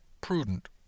Prudent